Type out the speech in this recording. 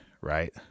right